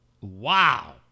Wow